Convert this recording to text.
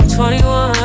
21